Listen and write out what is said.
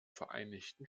vereinigten